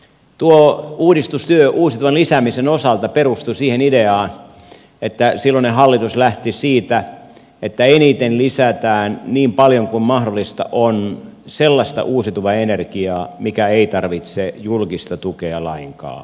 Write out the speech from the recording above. tuo uudistustyö uusiutuvan lisäämisen osalta perustui siihen ideaan silloinen hallitus lähti siitä että eniten lisätään niin paljon kuin mahdollista on sellaista uusiutuvaa energiaa mikä ei tarvitse julkista tukea lainkaan